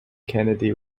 kennedy